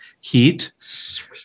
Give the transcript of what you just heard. Heat